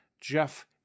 Jeff